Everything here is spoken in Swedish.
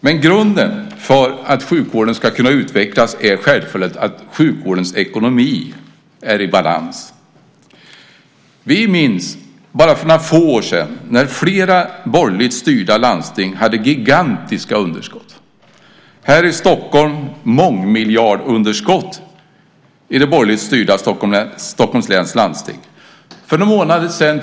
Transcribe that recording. Men grunden för att sjukvården ska kunna utvecklas är självfallet att sjukvårdens ekonomi är i balans. Vi minns hur det var för bara några få år sedan då flera borgerligt styrda landsting hade gigantiska underskott. Här i det borgerligt styrda Stockholms läns landsting var det mångmiljardunderskott.